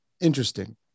interesting